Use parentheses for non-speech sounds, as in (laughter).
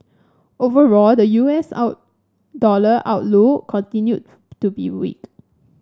overall the U S (unintelligible) dollar outlook continued to be weak